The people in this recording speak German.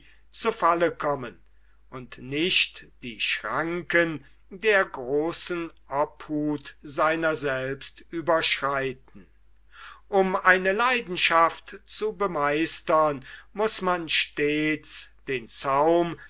zu falle kommen und nicht die schranken der großen obhut seiner selbst überschreiten um eine leidenschaft zu bemeistern muß man stets den zaum